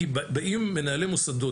כי באים מנהלי מוסדות,